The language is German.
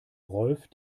rolf